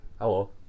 Hello